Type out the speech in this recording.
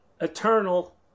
eternal